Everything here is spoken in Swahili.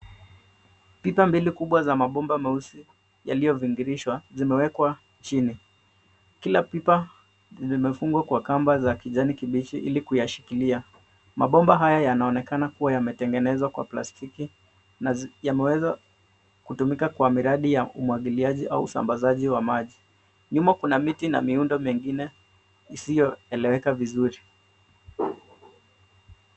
Pipa mbili kubwa za mabomba meusi yaliyo vingirishwa zimewekwa chini. Kila pipa limefungwa kwa kamba za kijani kibichi ili kuyashikilia. Mabomba haya yanaonekana kuwa yametengenezwa kwa plastiki na yameweza kutumika kwa miradi ya umwagiliaji au usambazaji wa maji. Nyuma kuna miti na miundo mengine isiyo eleweka vizuri.